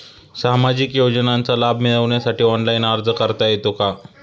सामाजिक योजनांचा लाभ मिळवण्यासाठी ऑनलाइन अर्ज करता येतो का?